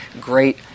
great